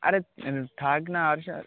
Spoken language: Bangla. আরে থাক না আর সা